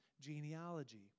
genealogy